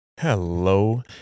Hello